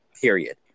period